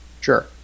Sure